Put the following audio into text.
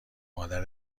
مادر